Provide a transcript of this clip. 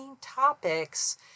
topics